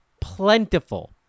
plentiful